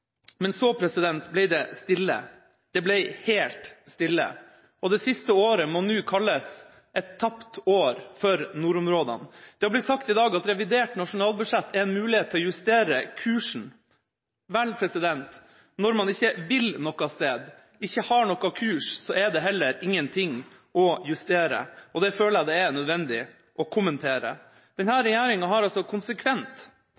Men så ble det stille. Det ble helt stille. Det siste året må nå kalles et tapt år for nordområdene. Det er blitt sagt i dag at revidert nasjonalbudsjett er en mulighet til å justere kursen. Vel, når man ikke vil noe sted, ikke har noen kurs, er det heller ingenting å justere, og det føler jeg det er nødvendig å kommentere. Denne regjeringa har konsekvent latt være å gripe sjansen når den